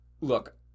look